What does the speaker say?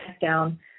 down